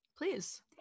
please